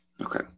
Okay